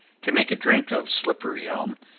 to make a drink of slippery-elm,